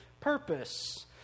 purpose